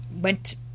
Went